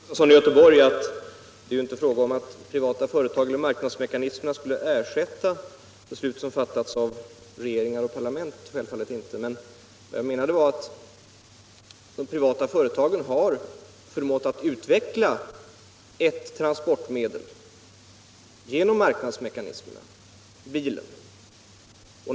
Herr talman! Jag vill bara säga till herr Sven Gustafson i Göteborg att det självfallet inte är fråga om huruvida de privata företagen eller marknadsmekanismerna träder in regeringars och parlaments områden. Vad jag menade var att de privata företagen med marknadsmekanismernas hjälp ju har förmått utveckla ett transportmedel, nämligen bilen.